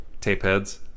Tapeheads